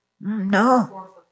No